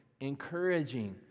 encouraging